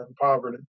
poverty